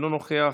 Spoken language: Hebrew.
אינו נוכח,